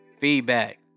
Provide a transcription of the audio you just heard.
feedback